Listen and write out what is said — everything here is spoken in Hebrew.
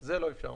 את זה לא אפשרנו.